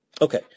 Okay